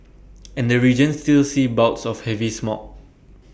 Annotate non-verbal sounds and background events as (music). (noise) and the region still sees bouts of heavy smog